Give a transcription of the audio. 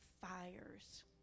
fires